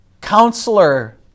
counselor